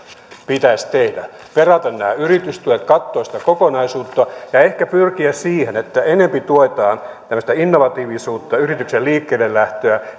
pitäisi tehdä perata nämä yritystuet katsoa sitä kokonaisuutta ja ehkä pyrkiä siihen että enempi tuetaan tämmöistä innovatiivisuutta yrityksen liikkeellelähtöä